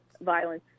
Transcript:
violence